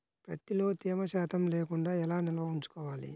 ప్రత్తిలో తేమ శాతం లేకుండా ఎలా నిల్వ ఉంచుకోవాలి?